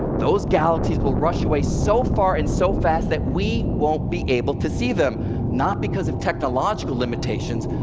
those galaxies will rush away so far and so fast that we won't be able to see them not because of technological limitations,